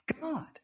God